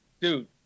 dude